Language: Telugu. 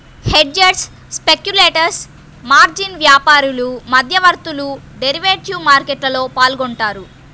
హెడ్జర్స్, స్పెక్యులేటర్స్, మార్జిన్ వ్యాపారులు, మధ్యవర్తులు డెరివేటివ్ మార్కెట్లో పాల్గొంటారు